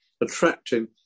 attracting